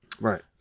Right